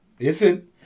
Listen